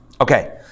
Okay